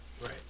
Right